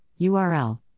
url